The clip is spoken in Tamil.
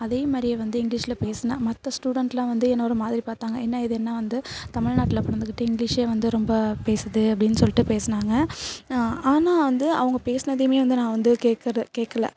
அதே மாதிரியே வந்து இங்கிலீஷில் பேசுனேன் மற்ற ஸ்டூடண்ட்லாம் வந்து என்ன ஒரு மாதிரி பார்த்தாங்க என்ன இதென்ன வந்து தமிழ்நாட்டில் பிறந்துக்கிட்டு இங்கிலிஷ் வந்து ரொம்ப பேசுது அப்படின்னு சொல்லிட்டு பேசுனாங்க ஆனால் வந்து அவங்க பேசுனதையும் வந்து நான் வந்து கேட்கற கேட்கல